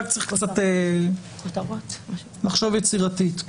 רק צריך לחשוב יצירתית.